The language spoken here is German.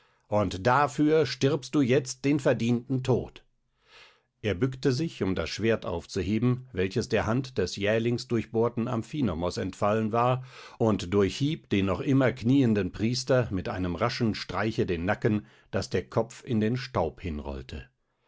und dafür stirbst du jetzt den verdienten tod er bückte sich um das schwert aufzuheben welches der hand des jählings durchbohrten amphinomos entfallen war und durchhieb den noch immer knieenden priester mit einem raschen streiche den nacken daß der kopf in den staub hinrollte